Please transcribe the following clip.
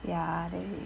ya then